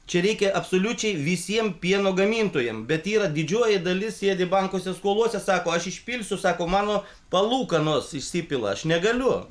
čia reikia absoliučiai visiem pieno gamintojam bet yra didžioji dalis sėdi bankuose skolose sako aš išpilsiu sako mano palūkanos išsipila aš negaliu